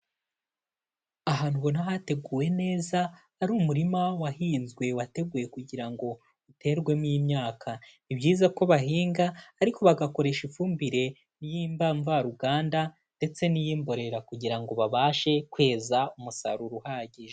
Ahantu ubona hateguwe neza, ari umurima wahinzwe, wateguwe kugira ngo uterwemo imyaka. Ni byiza ko bahinga, ariko bagakoresha ifumbire y'imvaruganda ndetse n'iy'imborera kugira ngo babashe kweza umusaruro uhagije.